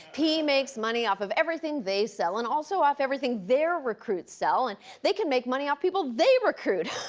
p makes money off of everything they sell and also off everything their recruits sell. and they can make money off people they recruit.